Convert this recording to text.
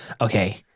Okay